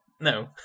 no